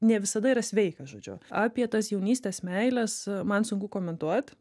ne visada yra sveikas žodžiu apie tas jaunystės meiles man sunku komentuot